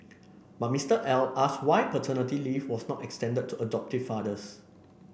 but Mister L asked why paternity leave was not extended to adoptive fathers